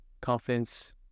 confidence